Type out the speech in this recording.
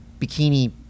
bikini